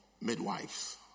midwives